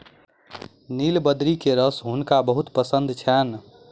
नीलबदरी के रस हुनका बहुत पसंद छैन